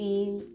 Feel